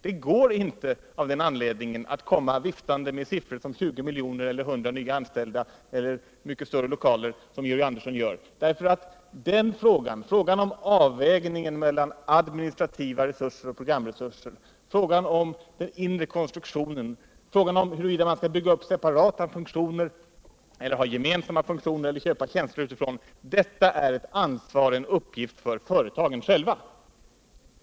Det går av den anledningen inte att komma viftande med siffror som 20 milj.kr. eller 100 nya anställda eller att tala om mycket större lokaler, som Georg Andersson gör. Frågan om avvägningen mellan administrativa resurser och programresurser, om den inre konstruktionen och huruvida man skall bygga upp separata funktioner eller ha gemensamma funktioner eller köpa tjänster utifrån är uppgilter för företagen själva.